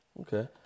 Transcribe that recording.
Okay